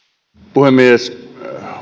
puhemies